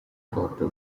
daughter